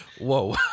whoa